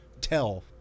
tell